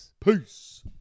Peace